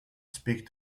speak